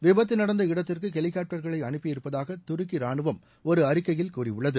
விபத்து நடந்த இடத்திற்கு ஹெலிகாப்டர்களை அனுப்பியிருப்பதாக துருக்கி ராணுவம் ஒரு அறிக்கையில் கூறியுள்ளது